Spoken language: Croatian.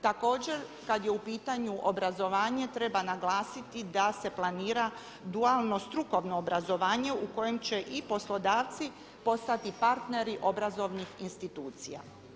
Također, kad je u pitanju obrazovanje, treba naglasiti da se planira dualno strukovno obrazovanje u kojem će i poslodavci postati partneri obrazovnih institucija.